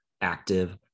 active